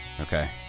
Okay